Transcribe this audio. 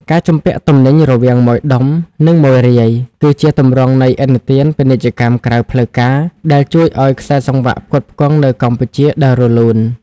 ការជំពាក់ទំនិញរវាងម៉ូយដុំ និងម៉ូយរាយ គឺជាទម្រង់នៃឥណទានពាណិជ្ជកម្មក្រៅផ្លូវការដែលជួយឱ្យខ្សែសង្វាក់ផ្គត់ផ្គង់នៅកម្ពុជាដើររលូន។